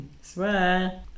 Swear